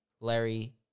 Larry